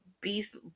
beast